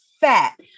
fat